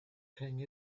carrying